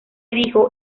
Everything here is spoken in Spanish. dijo